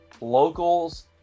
locals